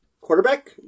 quarterback